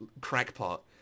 crackpot